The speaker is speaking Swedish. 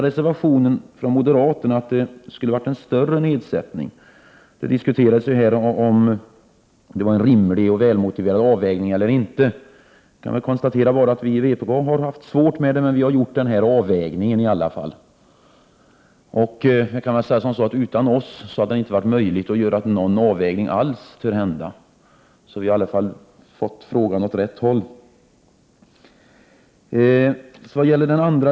I reservation 1, som är en moderat reservation, begärs en större nedsättning av det belopp som skall tas upp till beskattning. Man vill diskutera en rimlig avvägning. Jag kan konstatera att vi i vpk har haft svårt att göra denna avvägning, men utan oss hade det inte varit möjligt att göra någon avvägning alls. Vi har i alla fall fört frågan åt rätt håll.